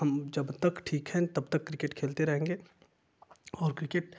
हम जब तक ठीक हैं तब तक क्रिकेट खेलते रहेंगे और क्रिकेट